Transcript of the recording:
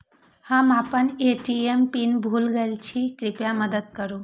हम आपन ATM PIN भूल गईल छी, कृपया मदद करू